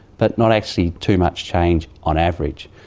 but not actually too much change on average.